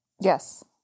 Yes